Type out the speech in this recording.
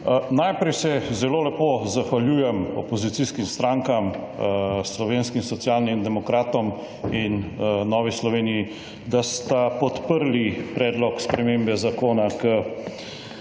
Najprej se zelo lepo zahvaljujem opozicijskim strankam Slovenskim socialnim demokratom in Novi Sloveniji, da ste podprli Predlog spremembe zakona k